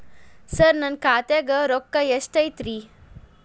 ಸರ ನನ್ನ ಖಾತ್ಯಾಗ ರೊಕ್ಕ ಎಷ್ಟು ಐತಿರಿ?